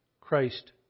Christ